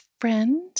friend